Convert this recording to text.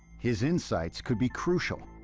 his insights could be crucial,